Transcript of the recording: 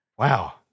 Wow